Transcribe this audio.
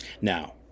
now